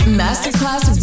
masterclass